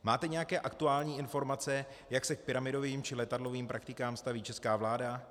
Máte nějaké aktuální informace, jak se k pyramidovým či letadlovým praktikám staví česká vláda?